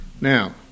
Now